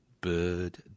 bird